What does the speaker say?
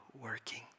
working